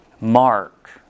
mark